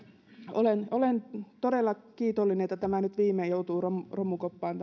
olen olen todella kiitollinen että tämä malli nyt viimein joutuu romukoppaan